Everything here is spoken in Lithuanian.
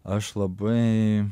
aš labai